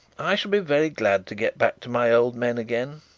i shall be very glad to get back to my old men again.